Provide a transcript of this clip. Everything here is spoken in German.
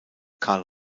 karl